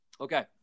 Okay